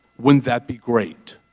wouldn't that be great?